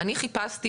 אני חיפשתי,